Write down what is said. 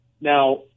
Now